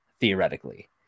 theoretically